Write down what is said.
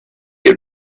had